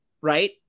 right